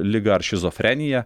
ligą ar šizofreniją